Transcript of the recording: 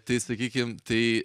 tai sakykim tai